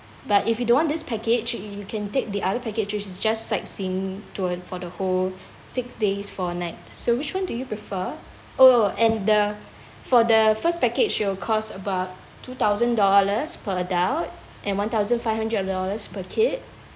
but if you don't want this package you can take the other package which is just sightseeing tour for the whole six days four night so which one do you prefer oh and the for the first package it'll cost about two thousand dollars per adult and one thousand five hundred dollars per kid